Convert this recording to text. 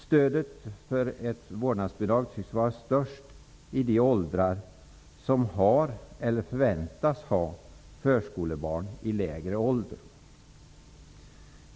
Stödet för ett vårdnadsbidrag tycks vara störst bland personer i de åldrar som har eller kan förväntas ha förskolebarn i lägre ålder.